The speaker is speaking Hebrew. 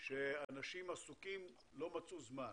שאנשים עסוקים ולא מצאו זמן.